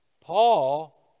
Paul